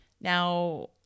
Now